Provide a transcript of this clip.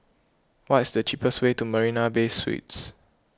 what is the cheapest way to Marina Bay Suites